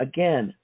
Again